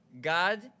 God